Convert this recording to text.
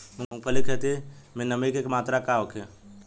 मूँगफली के खेत में नमी के मात्रा का होखे?